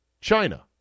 China